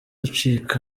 acika